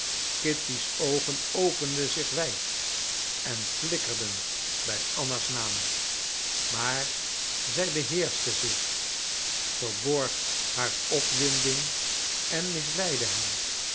kitty's oogen openden zich wijd en flikkerden bij anna's naam maar zij beheerschte zich verborg haar opwinding en misleidde hem